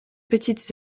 petites